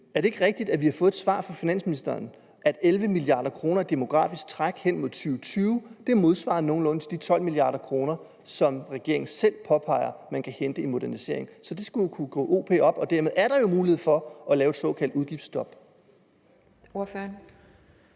Er det ikke rigtigt, at vi har fået det svar fra finansministeren, at 11 mia. kr. i demografisk træk hen mod 2020 nogenlunde modsvarer de 12 mia. kr., som regeringen selv påpeger kan hentes i modernisering? Det skulle så kunne gå o p op, og dermed er der jo mulighed for at lave et såkaldt udgiftsstop. Kl.